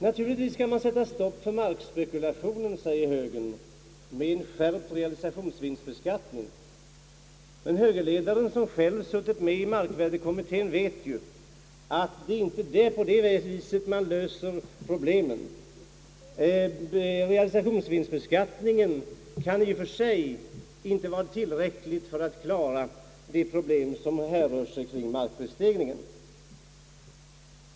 Naturligtvis skall man sätta stopp för markspekulationen, säger högern. Med en skärpt realisationsvinstbeskattning. Men högerledaren, som själv suttit med i 1963 års markvärdekommitté, vet mycket väl att det inte är så man löser problemen. Realisationsvinstbeskattningen kan i och för sig inte vara tillräcklig för att klara markprisstegringens problem.